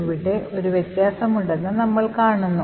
ഇവിടെ ഒരു വ്യത്യാസമുണ്ടെന്ന് നമ്മൾ കാണുന്നു